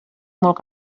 molt